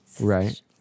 Right